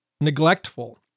neglectful